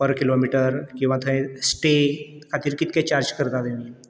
पर kilometre किंवा थंय stay खातीर कितके चार्ज करता तुमी